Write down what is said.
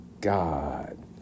God